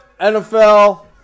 NFL